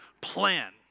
plan